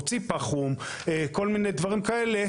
מוציא פח חום וכל מיני דברים כאלה,